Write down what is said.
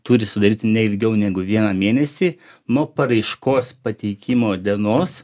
turi sudaryti ne ilgiau negu vieną mėnesį nuo paraiškos pateikimo dienos